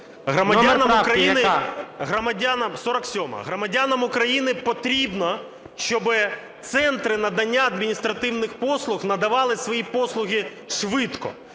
Громадянам України потрібно, щоб центри надання адміністративних послуг надавали свої послуги швидко.